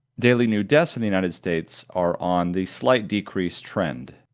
daily new deaths in the united states are on the slight decrease trend.